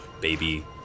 Baby